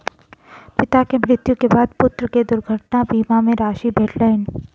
पिता के मृत्यु के बाद पुत्र के दुर्घटना बीमा के राशि भेटलैन